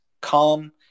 calm